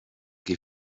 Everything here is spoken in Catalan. qui